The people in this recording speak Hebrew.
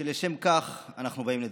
ולשם כך אנחנו באים לדבר.